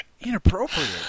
Inappropriate